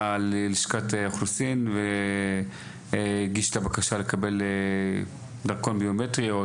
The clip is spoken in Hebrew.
בא ללשכת האוכלוסין והגיש את הבקשה לקבל דרכון ביומטרי,